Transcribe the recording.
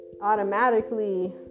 automatically